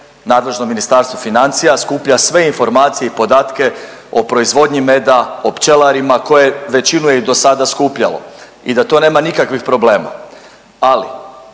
nadležno Ministarstvo financija skuplja sve informacije i podatke o proizvodnji meda, o pčelarima koje većinu je i dosada skupljalo i da tu nema nikakvih problema, ali